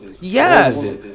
Yes